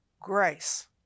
grace